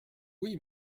oui